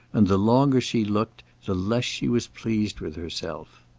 and the longer she looked, the less she was pleased with herself.